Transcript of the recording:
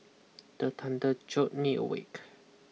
the thunder jolt me awake